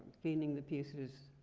cleaning the pieces,